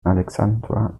alexandra